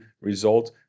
result